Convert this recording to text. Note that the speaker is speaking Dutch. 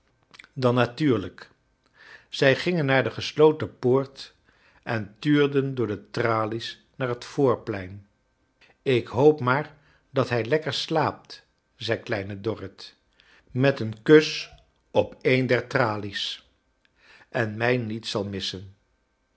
dan natuurlrjk zij gingen naar de gesloten poort en tuurden door de tralies naar het voorplein ik hoop maar dat hij lekker slaapt zei kleine dorrit met een kus op een der tralies en mrj niet zal missen